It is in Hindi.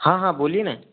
हाँ हाँ बोलिए ना